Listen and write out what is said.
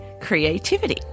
creativity